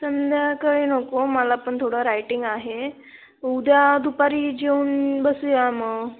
संध्याकाळी नको मला पण थोडं रायटिंग आहे उद्या दुपारी जेवून बसूया मग